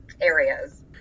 areas